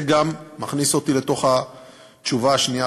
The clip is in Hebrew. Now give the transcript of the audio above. זה גם מכניס אותי לתוך התשובה השנייה,